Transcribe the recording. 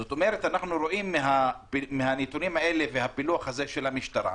זאת אומרת, מהנתונים האלה ומהפילוח הזה של המשטרה,